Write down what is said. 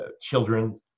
children